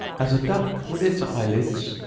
as a duck with its eyelids,